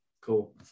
Cool